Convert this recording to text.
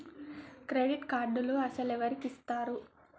Credit కార్డులు అసలు ఎవరికి ఇస్తారు?